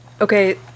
Okay